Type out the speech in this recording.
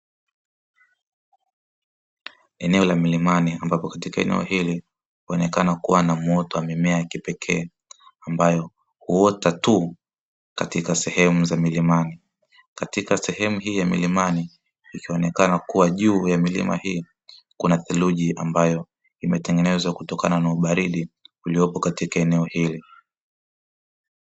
Eneo la milimani ambapo katika eneo hili kuonekana kuwa na muoto mimea ya kipekee ambayo huota tu katika sehemu za milimani, katika sehemu hii ya milimani ikionekana kuwa juu ya milima hii kuna theluji ambayo imetengenezwa kutokana na ubaridi uliopo katika eneo hili.